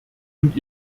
und